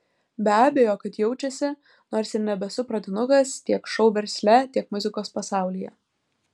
be abejo kad jaučiasi nors ir nebesu pradinukas tiek šou versle tiek muzikos pasaulyje